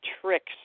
tricks